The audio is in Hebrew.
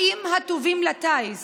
האם הטובים לטיס